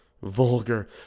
Vulgar